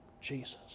Jesus